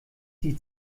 sie